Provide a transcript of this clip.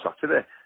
Saturday